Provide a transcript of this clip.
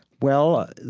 well,